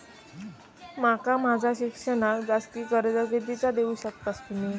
माका माझा शिक्षणाक जास्ती कर्ज कितीचा देऊ शकतास तुम्ही?